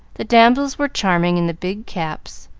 the damsels were charming in the big caps,